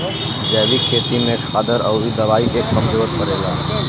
जैविक खेती में खादर अउरी दवाई के कम जरूरत पड़ेला